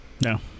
No